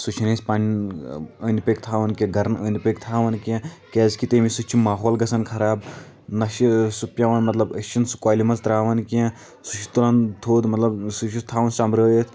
سُہ چھُ نہٕ أسۍ پنٛنٮ۪ن أنٛدۍ پٔکۍ تَھاوان کینٛہہ گَرَن أنٛدۍ پٔکۍ تَھاوان کینٛہہ کیازِکِہ تٔمہِ سۭتۍ چھُ ماحول گَژھان خراب نہ چھِ سُہ پٮ۪وان مطلب أسۍ چھِ نہٕ سُہ کۄلہِ منٛز ترٛاوان کینٛہہ سُہ چھُ تُلان تھوٚد مطلب سُہ چھُ تھاوان سۄمبرٲیِتھ